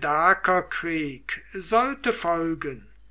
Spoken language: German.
dakerkrieg sollte folgen